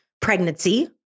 pregnancy